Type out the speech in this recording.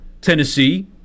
Tennessee